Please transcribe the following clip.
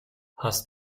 hast